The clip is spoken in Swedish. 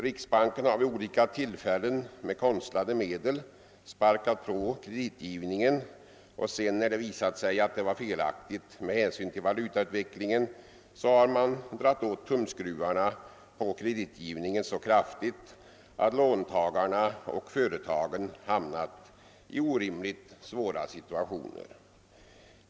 Riksbanken har vid olika tillfällen med konstlade medel sparkat på kreditgivningen och sedan, när det visat sig att detta var felaktigt med hänsyn till valutautvecklingen, har man dragit åt tumskruvarna på kreditgivningen så kraftigt, att låntagarna och företagen hamnat i orimligt svåra situationer.